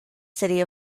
city